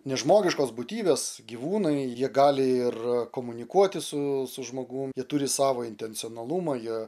nežmogiškos būtybės gyvūnai jie gali ir komunikuoti su su žmogum jie turi savo intencionalumą jie